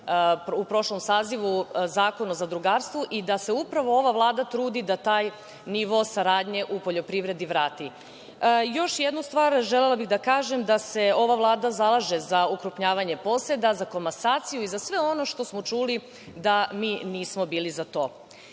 u prošlom sazivu Zakon o zadrugarstvu i da se upravo ova Vlada trudi da taj nivo saradnje u poljoprivredi vrati. Još jednu stvar želela bih da kažem, da se ova Vlada zalaže za ukrupnjavanje poseda, za komasaciju, i za sve ono što smo čuli da mi nismo bili za